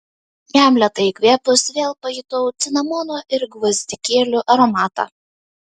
jam lėtai įkvėpus vėl pajutau cinamono ir gvazdikėlių aromatą